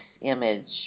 image